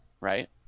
right